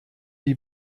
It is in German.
die